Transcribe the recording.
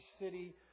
city